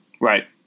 Right